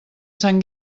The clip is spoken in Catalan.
sant